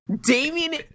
Damien